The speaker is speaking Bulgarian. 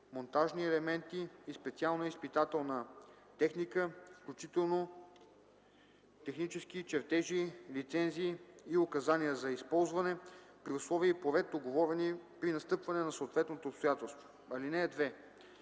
монтажни елементи и специална изпитателна техника, включително технически чертежи, лицензи и указания за използване, при условия и по ред, уговорени при настъпване на съответното обстоятелство.